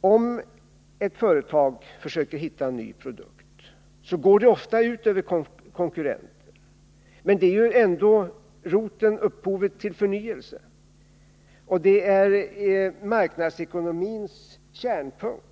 Om ett företag försöker hitta en ny produkt, så går detta ofta ut över konkurrenterna. Men samtidigt utgör det upphovet till en förnyelse, och detta är ju marknadsekonomins kärnpunkt.